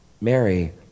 Mary